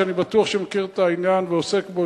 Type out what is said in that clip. שמכיר בוודאי את העניין ועוסק בו,